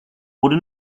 pod